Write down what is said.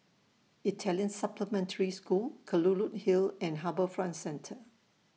Italian Supplementary School Kelulut Hill and HarbourFront Centre